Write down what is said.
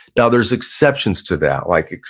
now, there's exceptions to that, like